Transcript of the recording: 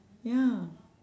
ya